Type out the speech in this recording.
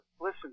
listen